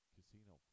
Casino